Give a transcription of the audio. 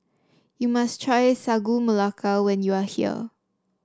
you must try Sagu Melaka when you are here